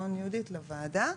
לוועדה,